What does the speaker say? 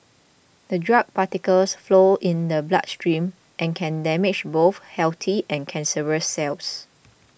the drug particles flow in the bloodstream and can damage both healthy and cancerous cells